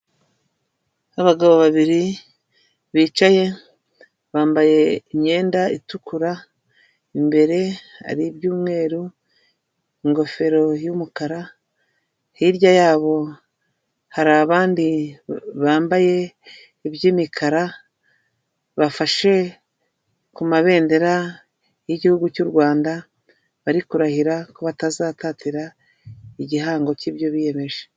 Abagabo babiri bicaye bambaye imyenda itukura imbere hari iby'umweru ingofero y'umukara, hirya yabo hari abandi bambaye iby'imikara bafashe ku mabendera y'Igihugu cy'u Rwanda bari kurahira ko batazatatira igihango cy'ibyo biyemeje.